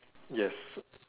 yes